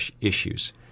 issues